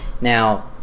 Now